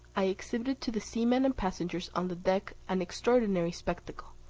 i exhibited to the seamen and passengers on the deck an extraordinary spectacle,